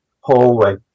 hallway